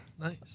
Nice